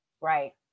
right